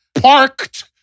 parked